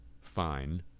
fine